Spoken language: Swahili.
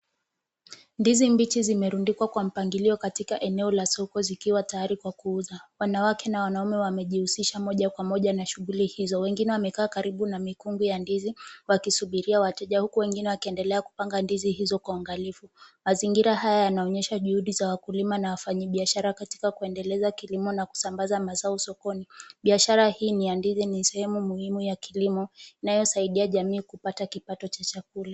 Ndizi mbichi zimerundikwa kwa mpangilio katika eneo la soko zikiwa tayari kwa kuuza. Wananawake na wanaume wamejihusisha moja kwa moja na shughuli hizo. Wengine wamekaa karibu na mikungu ya ndizi wakisubiria wateja, huku wengine wakiendelea kupanga ndizi hizo kwa uangalifu. Mazingira haya yanaonyesha juhudi za wakulima na wafanyi biashara katika kuendeleza kilimo na kusambaza mazao sokoni. Biashara hii ni ya ndizi ni sehemu muhimu ya kilimo, inayosaidia jamii kupata kipato cha chakula.